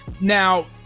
now